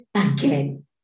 again